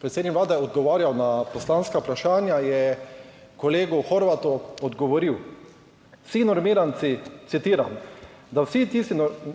predsednik Vlade odgovarjal na poslanska vprašanja, je kolegu Horvatu odgovoril, vsi normiranci, citiram: da vsi tisti